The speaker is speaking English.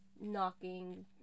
knocking